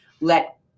Let